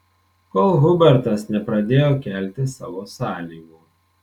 kol hubertas nepradėjo kelti savo sąlygų